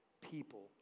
people